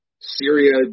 Syria